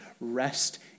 rest